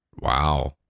Wow